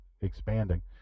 expanding